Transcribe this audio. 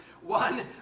one